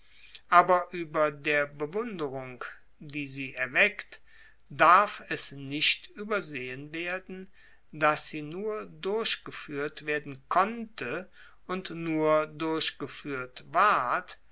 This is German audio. aber ueber der bewunderung die sie erweckt darf es nicht uebersehen werden dass sie nur durchgefuehrt werden konnte und nur durchgefuehrt ward